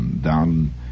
down